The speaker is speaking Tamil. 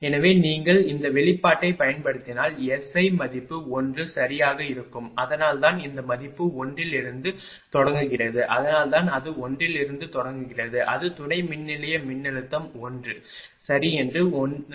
எனவே நீங்கள் இந்த வெளிப்பாட்டைப் பயன்படுத்தினால் SI மதிப்பு 1 சரியாக இருக்கும் அதனால்தான் இந்த மதிப்பு 1 இருந்து தொடங்குகிறது அதனால்தான் அது 1 இலிருந்து தொடங்குகிறது அது துணை மின்நிலைய மின்னழுத்தம் 1 சரி என்று 1